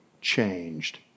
changed